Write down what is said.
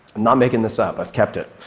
not making this up. i've kept it.